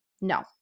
No